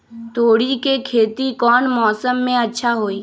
तोड़ी के खेती कौन मौसम में अच्छा होई?